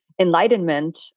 enlightenment